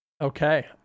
Okay